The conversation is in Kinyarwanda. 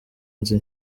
inzu